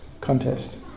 contest